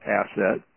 asset